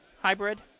hybrid